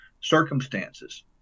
circumstances